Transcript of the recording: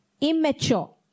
immature